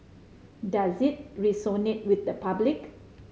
does it resonate with the public